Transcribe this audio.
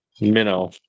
minnow